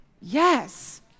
yes